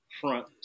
front